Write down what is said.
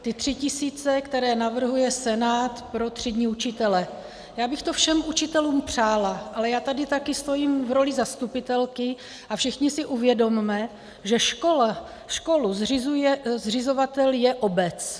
Ty tři tisíce, které navrhuje Senát pro třídní učitele já bych to všem učitelům přála, ale já tady taky stojím v roli zastupitelky a všichni si uvědomme, že školy zřizovatel je obec.